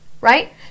right